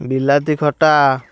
ବିଲାତି ଖଟା